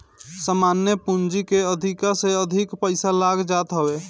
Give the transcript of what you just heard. सामान्य पूंजी के अधिका से अधिक पईसा लाग जात हवे